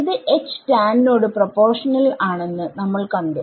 ഇത് നോട് പ്രൊപോർഷണൽ ആണെന്ന് നമ്മൾ കണ്ടു